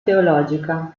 teologica